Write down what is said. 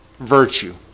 virtue